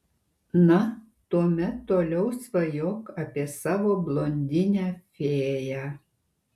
na tuomet toliau svajok apie savo blondinę fėją